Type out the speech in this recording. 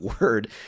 word